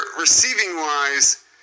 receiving-wise